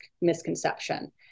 misconception